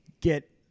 get